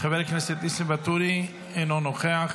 חבר הכנסת ניסים ואטורי, אינו נוכח.